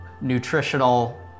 nutritional